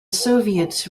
soviets